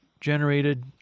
generated